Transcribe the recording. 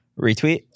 Retweet